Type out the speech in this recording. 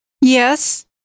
Yes